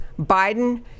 biden